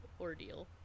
ordeal